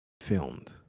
filmed